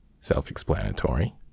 Self-explanatory